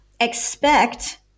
expect